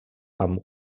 amb